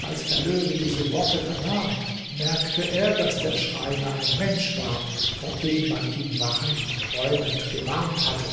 als der löwe diese worte vernahm merkte er daß der schreiner ein mensch war vor dem man ihn wachend und träumend gewarnt hatte